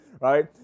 right